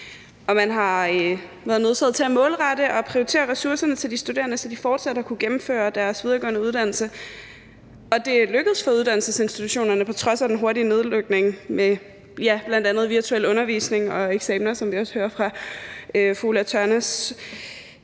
Man har været nødsaget til at målrette og prioritere ressourcerne til de studerende, så de fortsat har kunnet gennemføre deres videregående uddannelse, og det er lykkedes for uddannelsesinstitutionerne på trods af den hurtige nedlukning bl.a. med virtuel undervisning og virtuelle eksamener, som vi også hører fra fru Ulla Tørnæs.